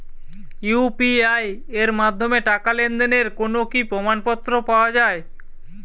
UPI এর মাধ্যমে টাকা লেনদেনের কোন কি প্রমাণপত্র পাওয়া য়ায়?